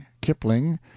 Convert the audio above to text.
kipling